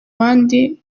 bandi